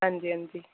हां जी हां जी